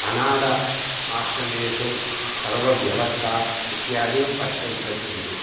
अनाथ आश्रमेषु सर्वव्यवस्था इत्यादि पश्यन्तः सन्ति